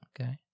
Okay